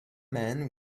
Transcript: men